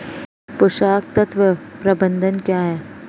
पोषक तत्व प्रबंधन क्या है?